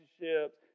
relationships